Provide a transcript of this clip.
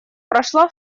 прошла